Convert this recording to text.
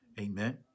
Amen